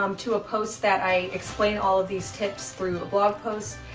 um to a post that i explain all of these tips through a blog post.